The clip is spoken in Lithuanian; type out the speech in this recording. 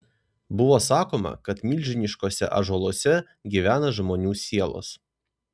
buvo sakoma kad milžiniškuose ąžuoluose gyvena žmonių sielos